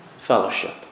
fellowship